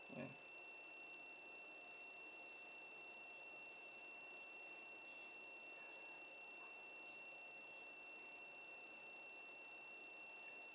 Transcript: ya